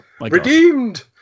Redeemed